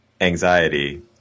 anxiety